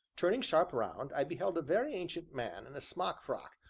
turning sharp round, i beheld a very ancient man in a smock frock,